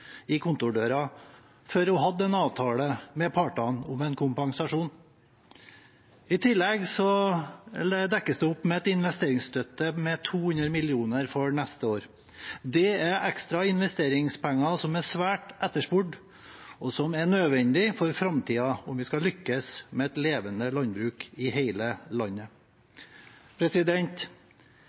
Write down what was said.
i kontordøren før hun hadde en avtale med partene om en kompensasjon. I tillegg dekkes det opp med en investeringsstøtte på 200 mill. kr for neste år. Dette er ekstra investeringspenger som er svært etterspurt, og som er nødvendig for framtiden om vi skal lykkes med et levende landbruk i hele landet.